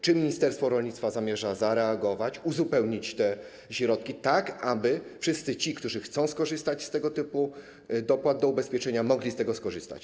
Czy ministerstwo rolnictwa zamierza zareagować, uzupełnić te środki tak, aby wszyscy ci, którzy chcą skorzystać z tego typu dopłat do ubezpieczenia, mogli to zrobić?